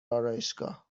آرایشگاه